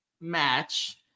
match